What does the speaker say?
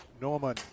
Norman